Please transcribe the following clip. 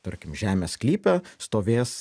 tarkim žemės sklype stovės